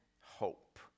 hope